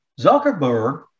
Zuckerberg